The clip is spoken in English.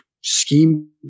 scheme